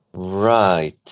Right